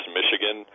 Michigan